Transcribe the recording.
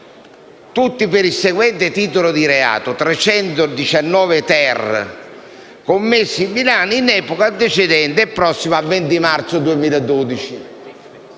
- per il seguente titolo di reato: 319-*ter*, commesso in Milano in epoca antecedente e prossima al 20 marzo 2012.